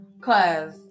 Cause